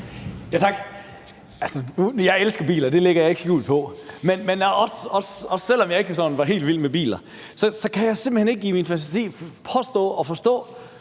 (NB) : Jeg elsker biler. Det lægger jeg ikke skjul på. Men også selv, hvis jeg ikke var sådan helt vild med biler, så ville jeg simpelt hen ikke i min fantasi forstå,